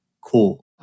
Cool